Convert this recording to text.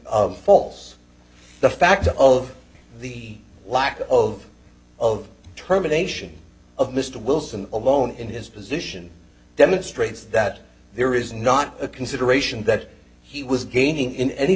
false the fact of the lack of of terminations of mr wilson alone in his position demonstrates that there is not a consideration that he was gaining in any